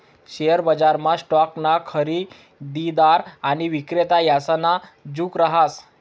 share बजारमा स्टॉकना खरेदीदार आणि विक्रेता यासना जुग रहास